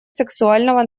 сексуального